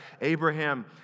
Abraham